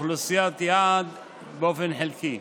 אוכלוסיית יעד באופן חלקי.